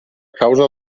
causa